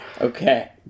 Okay